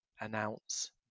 announce